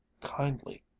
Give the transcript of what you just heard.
kindly,